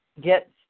get